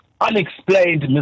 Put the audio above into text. unexplained